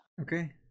Okay